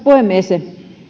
puhemies